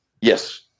Yes